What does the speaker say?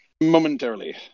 Momentarily